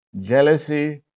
jealousy